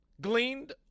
gleaned